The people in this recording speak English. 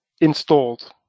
installed